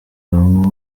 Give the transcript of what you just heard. bamwe